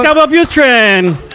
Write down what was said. and wellbutrin!